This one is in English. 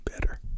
Better